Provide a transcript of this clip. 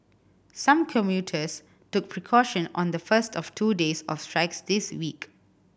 some commuters took precaution on the first of two days of strikes this week